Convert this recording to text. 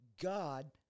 God